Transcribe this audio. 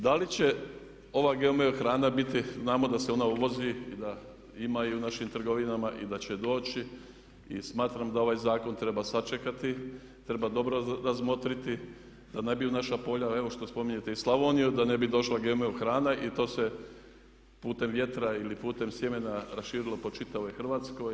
Da li će ova GMO hrana biti, znamo da se ona uvozi i da ima i u našim trgovinama i da će doći i smatram da ovaj zakon treba sačekati, treba dobro razmotriti da ne bi u naša polja, evo što spominjete i Slavoniju, da ne bi došla GMO hrana i to se putem vjetra ili putem sjemena raširilo po čitavoj Hrvatskoj.